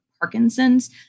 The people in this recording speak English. Parkinson's